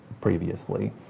previously